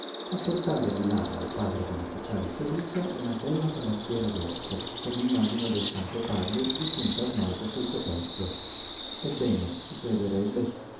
a portare di là al padre beneficiale fioríca una bella tabacchiera d'osso con l'immagine del santo padre dipinta a smalto sul coperchio ebbene si crederebbe